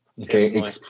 okay